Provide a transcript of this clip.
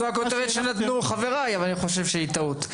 זו הכותרת שנתנו חבריי אבל אני חושב שזו טעות.